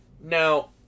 now